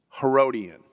Herodian